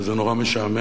וזה נורא משעמם,